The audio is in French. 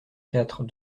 quatre